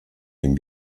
dem